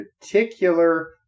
particular